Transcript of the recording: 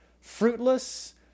fruitless